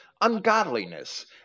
ungodliness